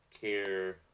care